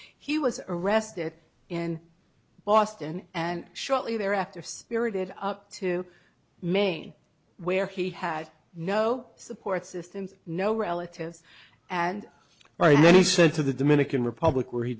he was arrested in boston and shortly thereafter spirited up to maine where he had no support systems no relatives and right then he said to the dominican republic where he